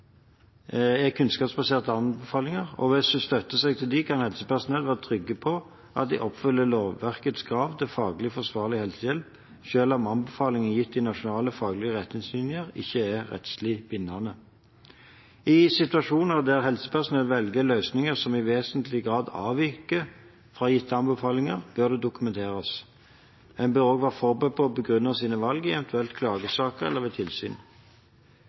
seg til dem kan helsepersonell være trygge på at de oppfyller lovverkets krav til faglig forsvarlig helsehjelp, selv om anbefalinger gitt i Nasjonal faglig retningslinje ikke er rettslig bindende. I situasjoner der helsepersonell velger løsninger som i vesentlig grad avviker fra gitte anbefalinger, bør det dokumenteres. En bør også være forberedt på å begrunne sine valg i eventuelle klagesaker eller ved tilsyn.